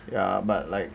ya but like